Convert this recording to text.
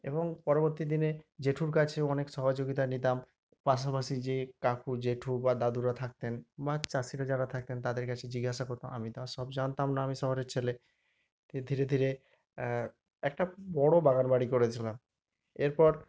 এবং পরবর্তী দিনে জেঠুর কাছেও অনেক সহযোগিতা নিতাম পাশাপাশি যে কাকু জেঠু বা দাদুরা থাকতেন বা চাষিরা যারা থাকতেন তাদের কাছে জিজ্ঞাসা করতাম আমি তো আর সব জানতাম না আমি শহরের ছেলে ধীরে ধীরে একটা বড়ো বাগান বাড়ি করেছিলাম এরপর